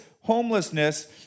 homelessness